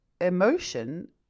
emotion